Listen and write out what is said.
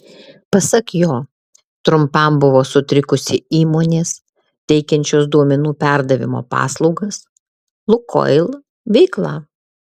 pasak jo trumpam buvo sutrikusi įmonės teikiančios duomenų perdavimo paslaugas lukoil veikla